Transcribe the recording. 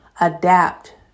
adapt